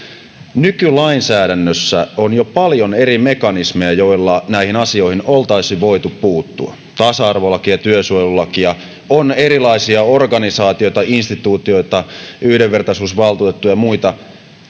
nykylainsäädännössä on jo paljon eri mekanismeja joilla näihin asioihin oltaisiin voitu puuttua tasa arvolaki työsuojelulaki on erilaisia organisaatioita instituutioita yhdenvertaisuusvaltuutettu ja muita joiden